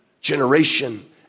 generation